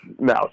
no